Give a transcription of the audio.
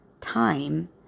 time